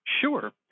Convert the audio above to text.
Sure